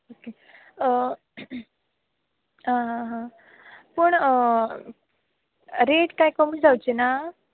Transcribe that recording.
okay आं आं आं पूण रेट कांय कमी जावची ना